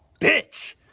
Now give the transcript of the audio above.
bitch